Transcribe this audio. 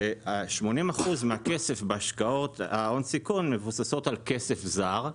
ש-80% מהכסף בהשקעות הון סיכון מבוססות על כסף זר.